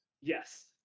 Yes